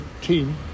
team